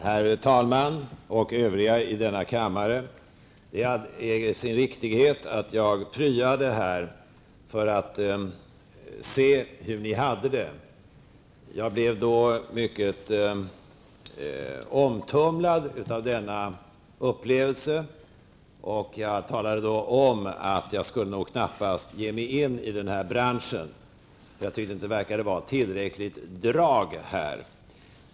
Herr talman och övriga i denna kammare! Det äger sin riktighet att jag pryade här för att se hur ni hade det. Jag blev mycket omtumlad av denna upplevelse och talade då om att jag knappast skulle ge mig in i den här branschen. Jag tyckte att det inte var tillräckligt drag här.